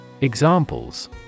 Examples